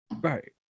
right